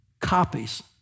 copies